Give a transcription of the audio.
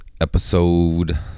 episode